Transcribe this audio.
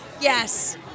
Yes